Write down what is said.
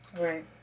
Right